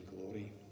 glory